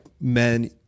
men